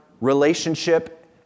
relationship